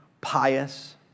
pious